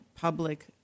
public